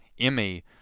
Emmy